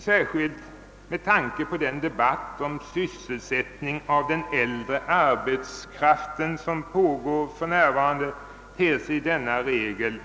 Särskilt med tanke på den debatt om sysselsättningen av den äldre arbetskraften som för närvarande pågår ter sig denna regel